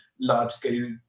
large-scale